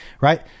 Right